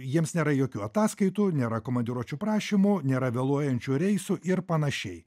jiems nėra jokių ataskaitų nėra komandiruočių prašymų nėra vėluojančių reisų ir panašiai